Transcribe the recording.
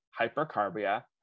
hypercarbia